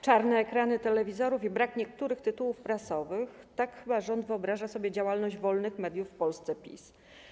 czarne ekrany telewizorów i brak niektórych tytułów prasowych - tak chyba rząd wyobraża sobie działalność wolnych mediów w Polsce PiS.